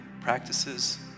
practices